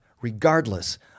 regardless